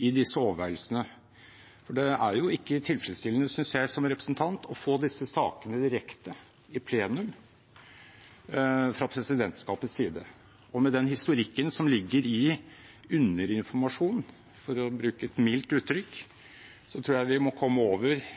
i disse overveielsene. For det er ikke tilfredsstillende, synes jeg som representant, å få disse sakene direkte i plenum fra presidentskapets side. Og med den historikken som ligger i underinformasjonen, for å bruke et mildt uttrykk, tror jeg vi må komme over